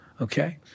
okay